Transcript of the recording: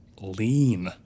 lean